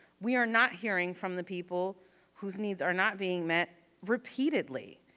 we are not hearing from the people whose needs are not being met repeatedly.